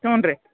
ಹ್ಞೂ ರೀ